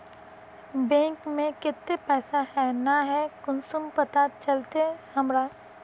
Bank में केते पैसा है ना है कुंसम पता चलते हमरा?